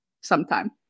sometime